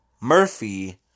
Murphy